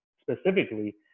specifically